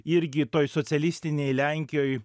irgi toj socialistinėj lenkijoj